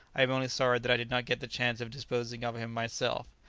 i am only sorry that i did not get the chance of disposing of him myself.